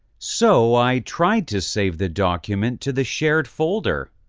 so i tried to save the document to the shared folder.